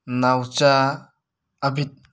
ꯅꯥꯎꯆꯥ Abid